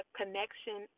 connection